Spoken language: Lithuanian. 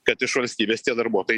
kad iš valstybės tie darbuotojai